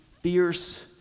fierce